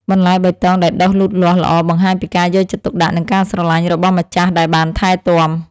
បន្លែបៃតងដែលដុះលូតលាស់ល្អបង្ហាញពីការយកចិត្តទុកដាក់ និងការស្រឡាញ់របស់ម្ចាស់ដែលបានថែទាំ។